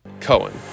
Cohen